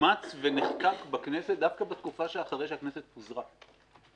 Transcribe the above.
אומץ ונחקק בכנסת דווקא בתקופה אחרי שהכנסת פוזרה.